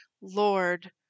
Lord